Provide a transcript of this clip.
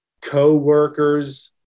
coworkers